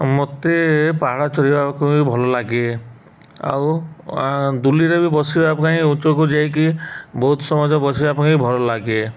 ମୋତେ ପାହାଡ଼ ଚଢ଼ିବାକୁ ବି ଭଲ ଲାଗେ ଆଉ ଦୋଳିରେ ବି ବସିବା ପାଇଁ ଉଚ୍ଚକୁ ଯାଇକି ବହୁତ ସମୟ ଯାଏଁ ବସିବା ପାଇଁ ଭଲ ଲାଗେ